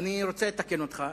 אני רוצה לתקן אותך.